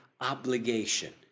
obligation